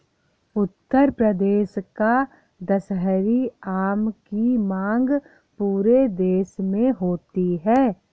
उत्तर प्रदेश का दशहरी आम की मांग पूरे देश में होती है